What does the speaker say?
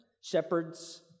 shepherds